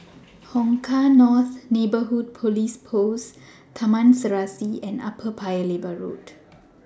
Hong Kah North Neighbourhood Police Post Taman Serasi and Upper Paya Lebar Road